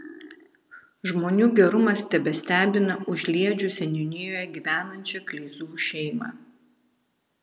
žmonių gerumas tebestebina užliedžių seniūnijoje gyvenančią kleizų šeimą